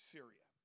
Syria